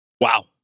Wow